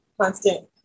constant